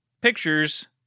pictures